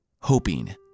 hoping